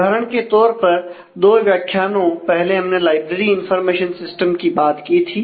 उदाहरण के तौर पर दो व्याख्यानों पहले हमने लाइब्रेरी इनफार्मेशन सिस्टम की बात की थी